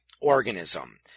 organism